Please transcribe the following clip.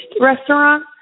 restaurant